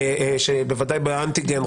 שבוודאי באנטיגן,